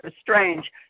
strange